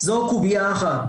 זו קובייה אחת.